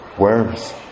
Worms